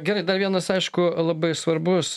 gerai dar vienas aišku labai svarbus